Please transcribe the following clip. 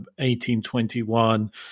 1821